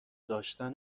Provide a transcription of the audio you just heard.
داشتن